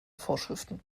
vorschriften